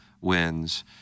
wins